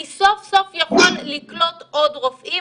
אני סוף סוף יכול לקלוט עוד רופאים,